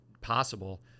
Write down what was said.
possible